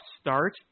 start